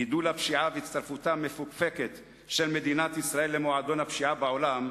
גידול הפשיעה והצטרפותה המפוקפקת של מדינת ישראל למועדון הפשיעה בעולם,